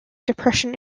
depression